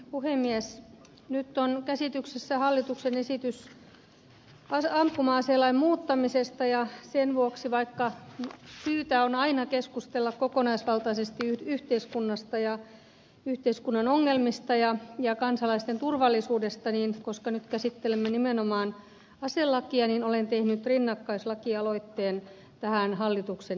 nyt on käsittelyssä hallituksen esitys ampuma aselain muuttamisesta ja sen vuoksi vaikka syytä on aina keskustella kokonaisvaltaisesti yhteiskunnasta ja yhteiskunnan ongelmista ja kansalaisten turvallisuudesta että nyt käsittelemme nimenomaan aselakia olen tehnyt rinnakkaislakialoitteen tähän hallituksen esitykseen